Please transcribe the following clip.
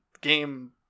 game